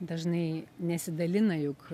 dažnai nesidalina juk